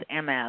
MS